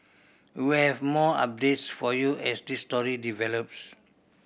we have more updates for you as this story develops